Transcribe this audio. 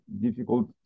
difficult